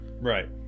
Right